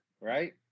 right